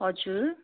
हजुर